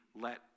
let